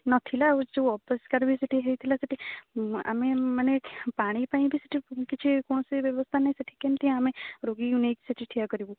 ନଥିଲା ଆଉ ଯୋଉ ଅପରିଷ୍କାର ବି ସେଠି ହେଇଥିଲା ସେଠି ଆମେ ମାନେ ପାଣି ପାଇଁ ବି ସେଠି କିଛି କୌଣସି ବ୍ୟବସ୍ଥା ନାହିଁ ସେଠି କେମିତି ଆମେ ରୋଗୀକୁ ନେଇକି ସେଠି ଠିଆ କରିବୁ